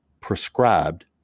prescribed